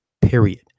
period